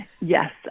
Yes